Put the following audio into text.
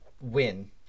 win